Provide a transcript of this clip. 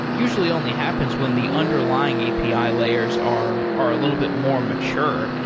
usually only happens when the underlying api ah layers are are a little bit more mature.